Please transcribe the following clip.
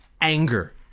anger